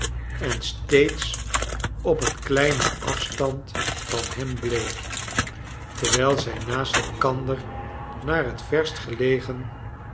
en steeds op een kleinen afstand van hem bleef terwijl zrj naast elkander naar het verst gelegen